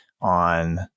on